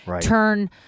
turn